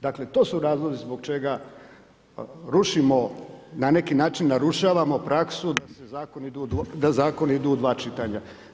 Dakle, to su razlozi zbog čega rušimo na neki način narušavamo praksu da zakoni idu u dva čitanja.